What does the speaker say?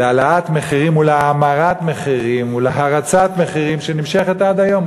להעלאת מחירים ולהאמרת מחירים ולהרצת מחירים שנמשכת עד היום.